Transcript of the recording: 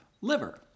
liver